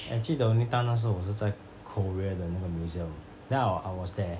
actually the only time 那时候我是在 korea 的那个 museum then I I was there